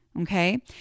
Okay